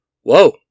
Whoa